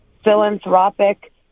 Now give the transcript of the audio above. philanthropic